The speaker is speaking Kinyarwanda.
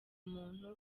muntu